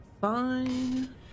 Fine